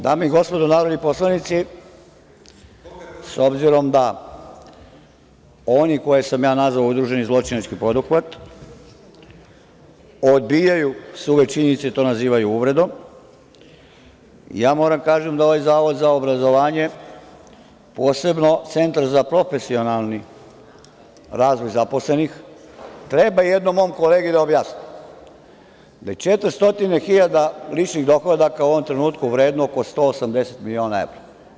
Dame i gospodo narodni poslanici, s obzirom da oni koje sam ja nazvao udruženi zločinački poduhvat odbijaju suve činjenice i to nazivaju uvredom, ja moram da kažem da ovaj Zavod za obrazovanje, posebno Centar za profesionalni razvoj zaposlenih, treba jednom mom kolegi da objasni da je 400 hiljada ličnih dohodaka u ovom trenutku vredno oko 180 miliona evra.